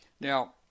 Now